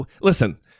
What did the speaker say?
Listen